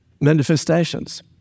manifestations